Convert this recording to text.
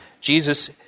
Jesus